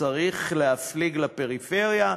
צריך להפליג לפריפריה,